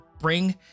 bring